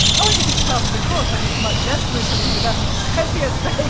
oh, i think it's par for the course. i mean, it's much less gruesome than the death of pentheus, say,